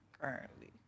currently